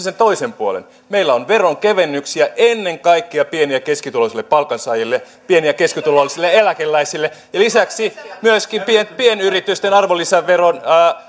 sen toisen puolen meillä on veronkevennyksiä ennen kaikkea pieni ja keskituloisille palkansaajille pieni ja keskituloisille eläkeläisille ja lisäksi myöskin pienyritysten arvonlisäveron